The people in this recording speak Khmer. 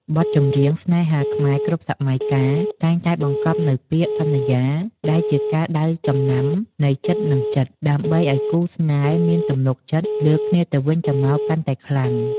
បទចម្រៀងស្នេហាខ្មែរគ្រប់សម័យកាល តែងតែមានបង្កប់នូវពាក្យ "សន្យា" ដែលជាការដៅចំណាំនៃចិត្តនិងចិត្ត ដើម្បីឱ្យគូស្នេហ៍មានទំនុកចិត្តលើគ្នាទៅវិញទៅមកកាន់តែខ្លាំង។